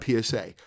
PSA